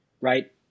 Right